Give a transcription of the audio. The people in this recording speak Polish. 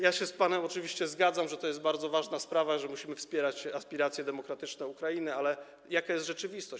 Ja się z panem oczywiście zgadzam, że to jest bardzo ważna sprawa, że musimy wspierać aspiracje demokratyczne Ukrainy, ale jaka jest rzeczywistość.